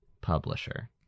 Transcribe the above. publisher